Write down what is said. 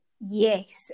yes